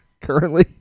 currently